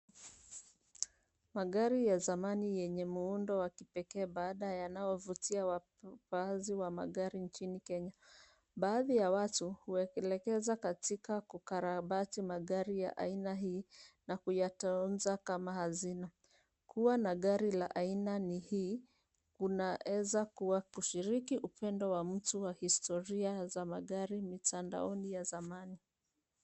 Magari ya zamani yenye muundo wa kipekee baada yanaovutia wakaazi wa magari nchini Kenya. Baadhi ya watu huelekeza katika kukarabati magari ya aina hii na kuyatoza kama hazina. Kuwa na gari la aina ni hii unaweza kuwa kushiriki upendo wa mtu wa historia za magari mitandaoni ya zamani.